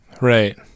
Right